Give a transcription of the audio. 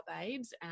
babes